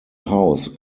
house